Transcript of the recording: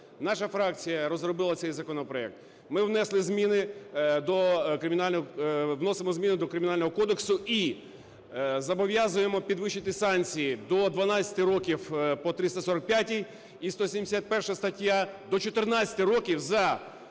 Наша фракція розробила цей законопроект. Ми вносимо зміни до Кримінального кодексу і зобов'язуємо підвищити санкції до 12 років по 345-й і 171 стаття до 14 років за